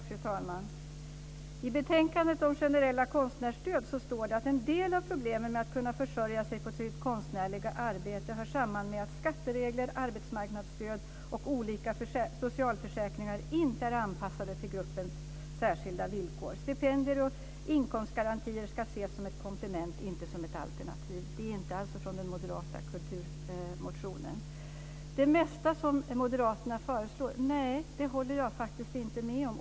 Fru talman! I betänkandet om generella konstnärsstöd står det att en del av problemen med att kunna försörja sig på sitt konstnärliga arbete hör samman med att skatteregler, arbetsmarknadsstöd och olika socialförsäkringar inte är anpassade till gruppens särskilda villkor. Stipendier och inkomstgarantier ska ses som ett komplement, inte som ett alternativ. Det kommer alltså inte från den moderata kulturmotionen. Att det mesta moderaterna föreslår handlar om skatter håller jag faktiskt inte med om.